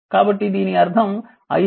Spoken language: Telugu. కాబట్టి దీని అర్థం iC iR